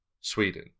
Sweden